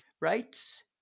right